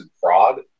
fraud